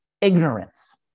ignorance